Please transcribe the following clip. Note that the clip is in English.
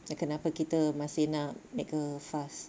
dah kenapa kita masih nak make a fuss